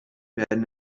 werden